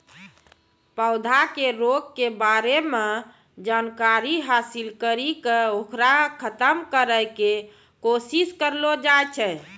पौधा के रोग के बारे मॅ जानकारी हासिल करी क होकरा खत्म करै के कोशिश करलो जाय छै